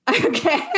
okay